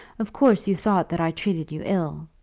of course you thought that i treated you ill.